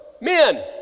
men